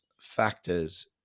factors